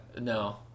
no